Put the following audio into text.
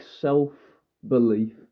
self-belief